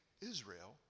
Israel